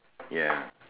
ya